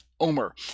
Omer